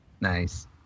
Nice